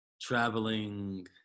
traveling